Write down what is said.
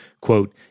Quote